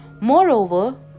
moreover